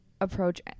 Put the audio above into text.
approach